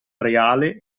reale